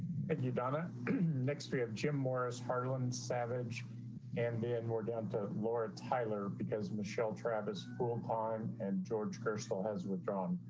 and but next we have jim morris harland savage and then we're down to laura tyler because michelle travis full time and george personal has withdrawn.